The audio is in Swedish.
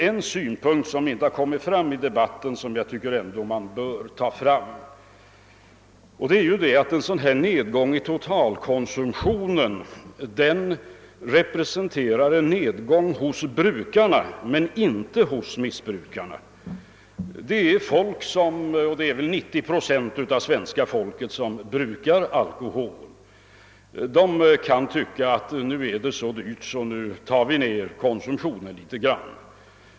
En synpunkt som inte kommit fram i debatten är att en dylik nedgång i totalkonsumtionen representerar en nedgång hos brukarna men inte hos missbrukarna. Det är väl 90 procent av svenska folket som brukar alkohol. De kan tycka att det nu är så dyrt att de skär ned sin konsumtion något.